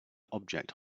object